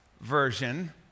version